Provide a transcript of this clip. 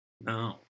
No